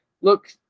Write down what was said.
look